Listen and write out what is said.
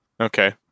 Okay